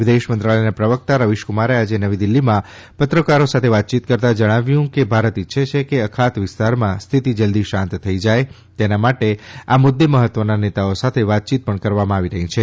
વિદેશ મંત્રાલયના પ્રવક્તા રવીશ કુમારે આજે નવી દિલ્લીમાં પત્રકારો સાથે વાતચીત કરતાં જણાવવ્યું કે ભારત ઈચ્છે છેકે અખાત વિસ્તારમાં સ્થિતિ જલદી શાંત થઈ જાય તેના માટે આ મુદ્દે મહત્વના નેતાઓ સાથે વાતચીત પણ કરવામાં આવી રહી છે